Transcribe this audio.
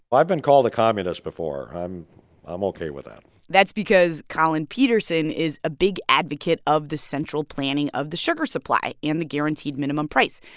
i've been called a communist before. i'm i'm ok with that that's because collin peterson is a big advocate of the central planning of the sugar supply and the guaranteed minimum price.